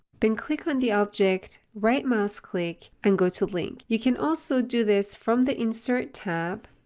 then click on the object, right-mouse click, and go to link. you can also do this from the insert tab,